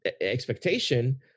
expectation